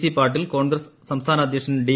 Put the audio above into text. C Patil Congress സംസ്ഥാന അദ്ധ്യക്ഷൻ D